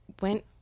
went